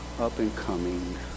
up-and-coming